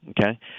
okay